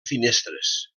finestres